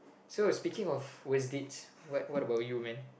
so speaking of worst dates what what about you man